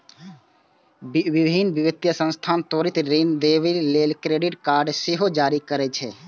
विभिन्न वित्तीय संस्थान त्वरित ऋण देबय लेल क्रेडिट कार्ड सेहो जारी करै छै